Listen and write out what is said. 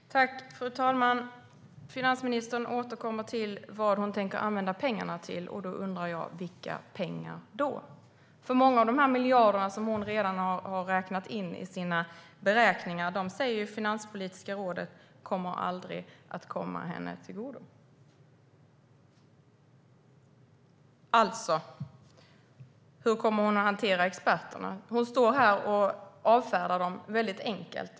Fru talman! Finansministern återkommer till vad hon tänker använda pengarna till. Då undrar jag: Vilka pengar? Många av de här miljarderna som hon redan har räknat in i sina beräkningar säger Finanspolitiska rådet aldrig kommer att komma henne till godo. Hur kommer finansministern alltså att hantera experterna? Hon avfärdar dem här väldigt enkelt.